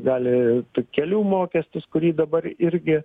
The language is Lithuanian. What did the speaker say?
gali tų kelių mokestis kurį dabar irgi